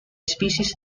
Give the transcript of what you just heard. species